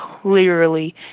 clearly